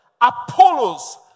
Apollos